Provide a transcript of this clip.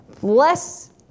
bless